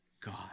God